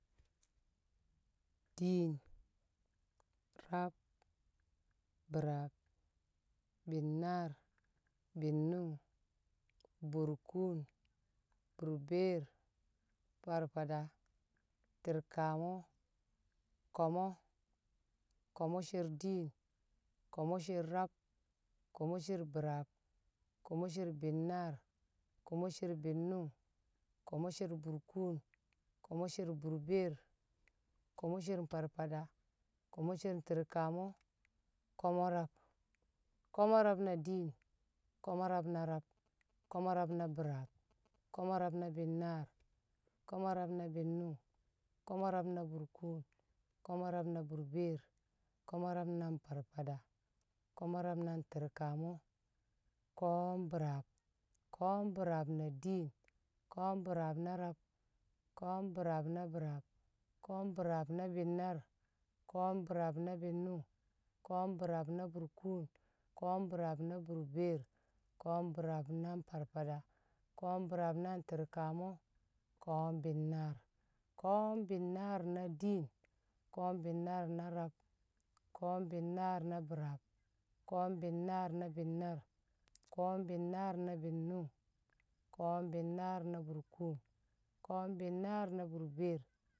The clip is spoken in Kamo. Diin, rab, biraab, binnaar bi̱nnṵng burkuun, burbeer FarFada Ti̱rkamo̱, Ko̱mo̱. Ko̱mo̱ sher diin. Ko̱mo̱ sher rab. Ko̱mo̱ sher bi̱raab. Ko̱mo̱ sher bi̱nnaar. Ko̱mo̱ sher bi̱nnung. Ko̱mo̱ sher burbeer. Ko̱mo̱ sher FarFada. Ko̱mo̱ sher Ti̱rkamo̱. Ko̱mo̱ sher rab. Ko̱mo̱ rab na diin. Ko̱mo̱ rab na biraab. Ko̱mo̱ rab na bi̱nnaar. Ko̱mo̱ rab na binnung. Ko̱mo̱ rab na burkuun. Ko̱mo̱ rab na bṵrbeer. Ko̱mo̱ rab na nFarFada. Ko̱mo̱ rab na nTi̱rkamṵ. Ko̱o̱m bi̱raab. Ko̱o̱m bi̱raab na diin. Ko̱o̱m bi̱raab na rab. Ko̱o̱m bi̱raab na biraab. Ko̱o̱m bi̱raab na bi̱nnaar. Ko̱o̱m bi̱raab na bi̱nnṵng. Ko̱o̱m bi̱raab na burkun. Ko̱o̱m bi̱raab na burbeer. Ko̱o̱m bi̱raab na nFarfada. Ko̱o̱m bi̱raab na nTi̱rkamṵ. Ko̱o̱m bi̱nnaar. Ko̱o̱m bi̱nnaar na diin. Ko̱o̱m bi̱nnaar na rab. Ko̱o̱m bi̱nnaar na biraab. Ko̱o̱m bi̱nnaar na bi̱naar. Ko̱o̱m bi̱nnaar na binnung. Ko̱o̱m bi̱nnaar na burkum. Ko̱o̱m bi̱nnaar na burbeer